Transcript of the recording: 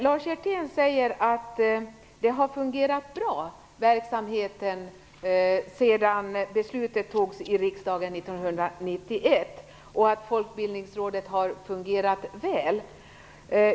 Lars Hjertén säger att verksamheten har fungerat bra sedan beslutet fattades i riksdagen 1991 och även att Folkbildningsrådet har fungerat väl.